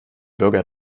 bürger